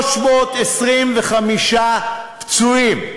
325 פצועים.